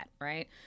right